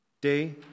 day